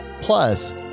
Plus